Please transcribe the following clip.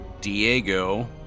Diego